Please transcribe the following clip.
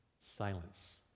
silence